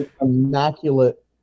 immaculate